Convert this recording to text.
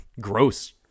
gross